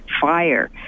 fire